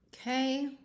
Okay